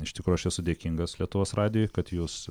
iš tikro aš esu dėkingas lietuvos radijui kad jūs